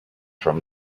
from